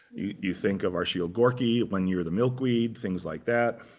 you think of arshio gorky when you're the milkweed things like that.